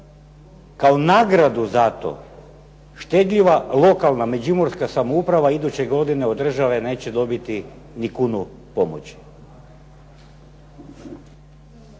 Kao nagradu za to štedljiva lokalna međimurska samouprava iduće godine od države neće dobiti ni kunu pomoći.